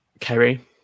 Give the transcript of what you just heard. Kerry